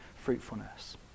fruitfulness